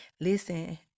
Listen